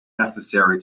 necessary